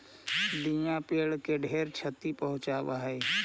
दियाँ पेड़ के ढेर छति पहुंचाब हई